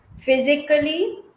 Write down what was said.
physically